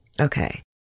Okay